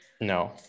No